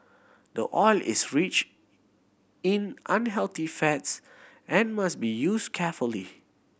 the oil is rich in unhealthy fats and must be used carefully